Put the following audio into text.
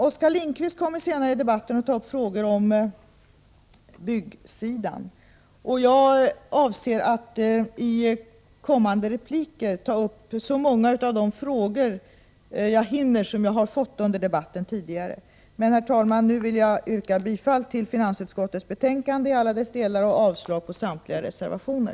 Oskar Lindkvist kommer senare i debatten att behandla sådant som gäller byggsidan. Jag avser att i kommande repliker så långt jag hinner svara på de frågor som jag har fått under den tidigare debatten. Nu vill jag yrka bifall till utskottets hemställan i alla dess delar och avslag på samtliga reservationer.